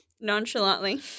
nonchalantly